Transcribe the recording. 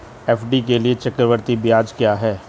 FD के लिए चक्रवृद्धि ब्याज क्या है?